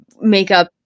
makeup